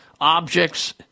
objects